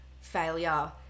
failure